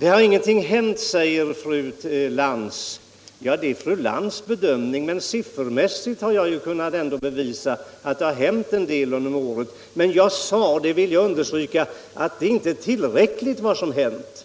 Det har ingenting hänt, säger fru Lantz. Ja, det är fru Lantz bedömning. Men siffermässigt har jag ju kunnat bevisa att det har hänt en del under åren. Jag sade — det vill jag understryka — att det inte är tillräckligt vad som hänt.